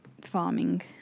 Farming